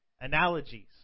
analogies